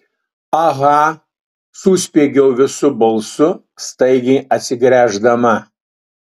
aha suspiegiau visu balsu staigiai atsigręždama